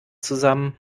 zusammen